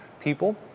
people